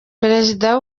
perezida